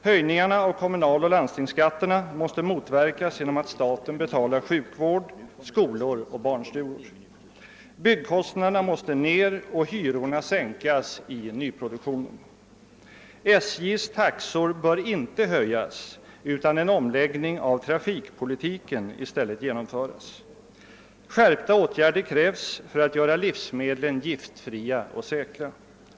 Höjningarna av kommunaloch landstingsskatterna måste motverkas genom att staten betalar sjukvård, skolor och barnstugor. Byggkostnaderna måste ned och hyrorna sänkas i nyproduktionen. SJ:s taxor bör inte höjas utan en omläggning av trafikpolitiken i stället genomföras. Skärpta åtgärder krävs för att göra livsmedlen giftfria och säkra.